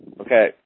Okay